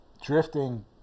drifting